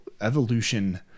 evolution